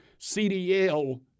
CDL